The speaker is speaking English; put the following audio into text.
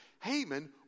Haman